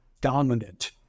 dominant